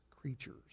creatures